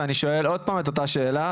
אני שואל שוב את אותה השאלה,